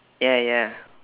ya ya